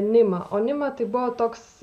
nima o nima tai buvo toks